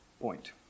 point